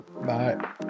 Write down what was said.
Bye